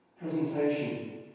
presentation